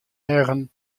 eagen